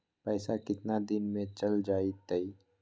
पैसा कितना दिन में चल जतई?